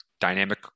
dynamic